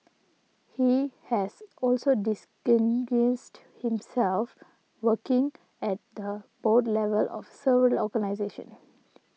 he has also himself working at the board level of several organisations